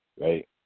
right